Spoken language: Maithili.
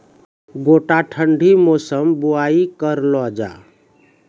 गोटा ठंडी मौसम बुवाई करऽ लो जा?